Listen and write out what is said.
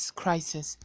crisis